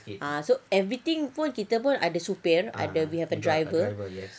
so everything pun kita pun ada supir we have a driver